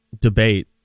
debate